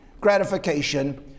gratification